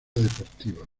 deportiva